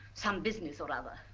some business or other.